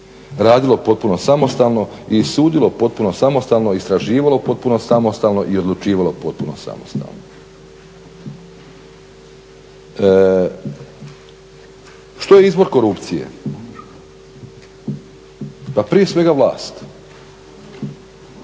radilo potpuno samostalno i sudilo potpuno samostalno, istraživalo potpuno samostalno i odlučivalo potpuno samostalno. Što je izbor korupcije, pa prije svega vlast,